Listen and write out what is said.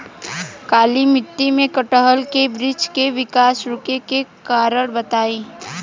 काली मिट्टी में कटहल के बृच्छ के विकास रुके के कारण बताई?